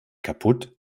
kaputt